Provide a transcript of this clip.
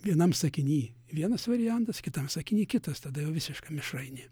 vienam sakiny vienas variantas kitam sakiny kitas tada jau visiška mišrainė